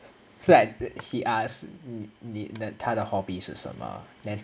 so like he asked 你的他的 hobby 是什么